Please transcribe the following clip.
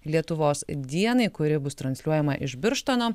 lietuvos dienai kuri bus transliuojama iš birštono